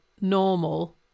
normal